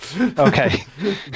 Okay